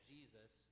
Jesus